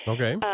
Okay